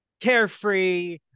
Carefree